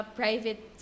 private